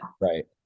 Right